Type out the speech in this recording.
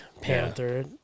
panther